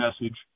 message